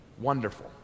wonderful